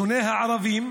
שונא הערבים,